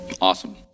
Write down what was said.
Awesome